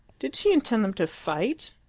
did she intend them to fight?